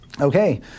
Okay